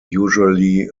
usually